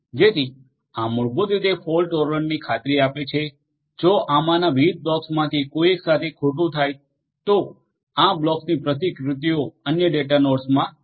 જેથી આ મૂળભૂત રીતે ફોલ્ટ ટોલરન્ટની ખાતરી આપે છે જો આમાંના વિવિધ બ્લોક્સમાંથી કોઈ એક સાથે કંઈક ખોટું થાય તો આ બ્લોક્સની પ્રતિકૃતિઓ અન્ય ડેટા નોડ્સમાં છે